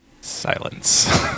Silence